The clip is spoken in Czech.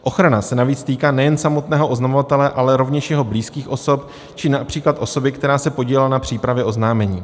Ochrana se navíc týká nejen samotného oznamovatele, ale rovněž jeho blízkých osob či například osoby, která se podílela na přípravě oznámení.